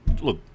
look